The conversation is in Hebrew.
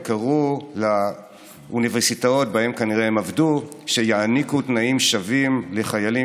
הם קראו לאוניברסיטאות שבהן כנראה הם עבדו שיעניקו תנאים שווים לחיילים